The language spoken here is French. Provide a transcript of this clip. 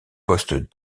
poste